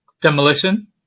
Demolition